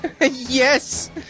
Yes